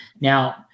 Now